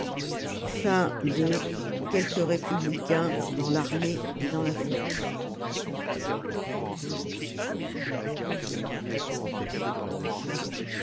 quelques républicains dans l'armée et dans la flotte